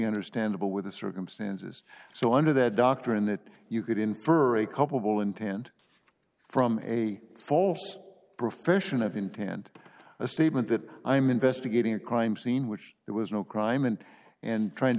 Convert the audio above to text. understandable with the circumstances so under that doctrine that you could infer a couple intent from a false profession of intent a statement that i'm investigating a crime scene which it was no crime and and trying to